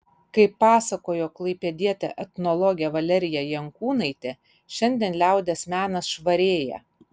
kaip pasakojo klaipėdietė etnologė valerija jankūnaitė šiandien liaudies menas švarėja